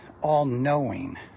all-knowing